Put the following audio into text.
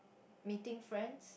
meeting friends